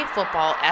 Football